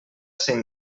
ser